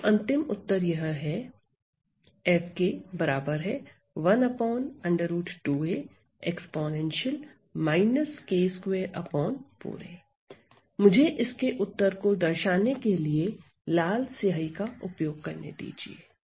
तो अंतिम उत्तर यह है मुझे इसके उत्तर को दर्शाने के लिए लाल स्याही का उपयोग करने दीजिए